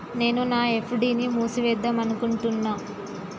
నేను నా ఎఫ్.డి ని మూసివేద్దాంనుకుంటున్న